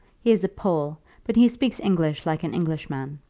he is a pole, but he speaks english like an englishman.